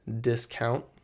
discount